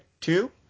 two